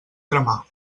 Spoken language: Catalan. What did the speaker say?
cremar